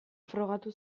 frogatu